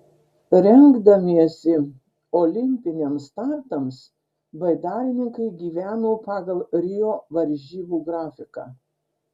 rengdamiesi olimpiniams startams baidarininkai gyveno pagal rio varžybų grafiką